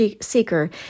seeker